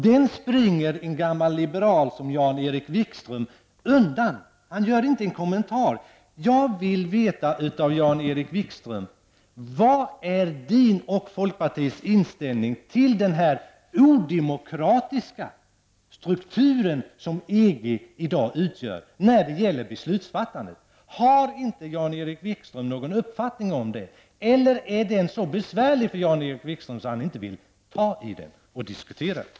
Den springer en gammal liberal som Jan-Erik Wikström undan. Han gör inte en kommentar. Jag vill veta av Jan-Erik Wikström: Vilken är er och folkpartiets inställning till den odemokratiska struktur som EG i dag har när det gäller beslutsfattandet? Har inte Jan-Erik Wikström någon uppfattning om det eller är frågan så besvärlig för Jan-Erik Wikström att han inte vill ta i den och diskutera den?